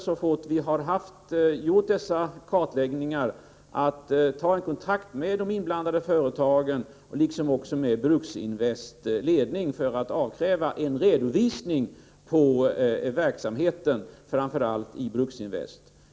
Så fort vi har gjort dessa kartläggningar kommer vi att ta kontakt med de inblandade företagen, liksom med Bruksinvests ledning, för att avkräva dem en redovisning av verksamheten, framför allt i Bruksinvest.